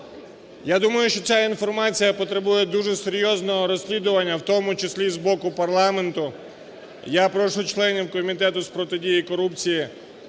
Я думаю, що ця інформація потребує дуже серйозного розслідування, в тому числі з боку парламенту. Я прошу членів Комітету з протидії корупції